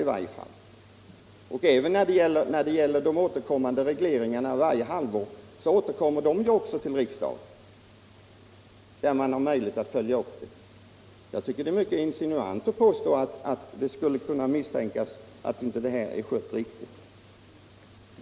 Riksdagen har också möjlighet att följa upp de varje halvår återkommande regleringarna. Jag tycker det är mycket insinuant att påstå att det skulle kunna misstänkas att detta inte har skötts riktigt.